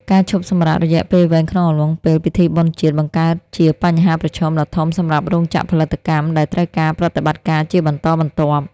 ការឈប់សម្រាករយៈពេលវែងក្នុងអំឡុងពេលពិធីបុណ្យជាតិ បង្កើតជាបញ្ហាប្រឈមដ៏ធំសម្រាប់រោងចក្រផលិតកម្មដែលត្រូវការប្រតិបត្តិការជាបន្តបន្ទាប់។